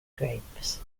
grapes